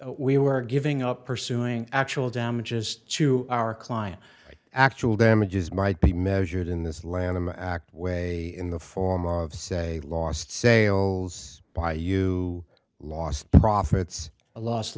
we were giving up pursuing actual damages to our client actual damages might be measured in this lanham act way in the form of say lost sales by you lost profits a los